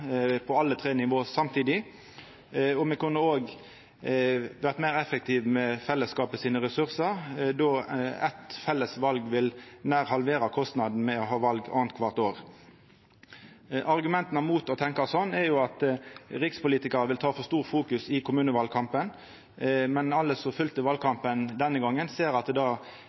på alle tre nivåa samtidig, og me kunne òg vore meir effektive med ressursane til fellesskapet då eitt felles val nær ville halvera kostnadane med å ha val annakvart år. Argumenta mot å tenkja sånn er at rikspolitikarar vil ta for mykje av fokus i kommunevalkampen. Men alle som følgde valkampen denne gongen, ser at